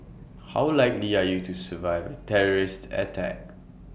how likely are you to survive A terrorist attack